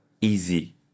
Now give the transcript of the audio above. easy